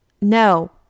no